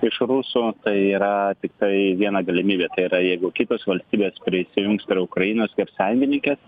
iš rusų tai yra tiktai viena galimybė tai yra jeigu kitos valstybės prisijungs prie ukrainos kaip sąjungininkės